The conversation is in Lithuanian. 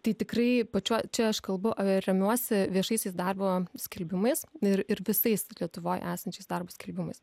tai tikrai pačioj čia aš kalbu remiuosi viešaisiais darbo skelbimais ir ir visais lietuvoj esančiais darbo skelbimais